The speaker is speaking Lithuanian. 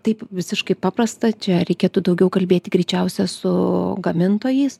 taip visiškai paprasta čia reikėtų daugiau kalbėti greičiausia su gamintojais